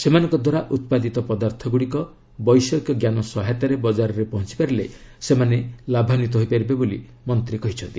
ସେମାନଙ୍କଦ୍ୱାରା ଉତ୍ପାଦିତ ପଦାର୍ଥ ବୈଷୟିକ ଜ୍ଞାନ ସହାୟତାରେ ବଜାରରେ ପହଞ୍ଚପାରିଲେ ସେମାନେ ଲାଭାନ୍ୱିତ ହୋଇପାରିବେ ବୋଲି ମନ୍ତ୍ରୀ କହିଛନ୍ତି